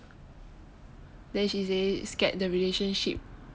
then she say scared the relationship